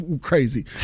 crazy